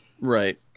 Right